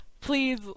Please